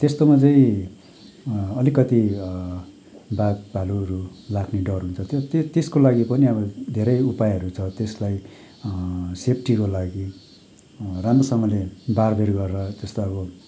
त्यस्तोमा चाहिँ अलिकति बाघ भालुहरू लाग्ने डर हुन्छ त त्यो त्यसको लागि पनि अब धेरै उपायहरू छ त्यसलाई सेफ्टीको लागि राम्रोसँगले बारबेर गरेर त्यस्तो अब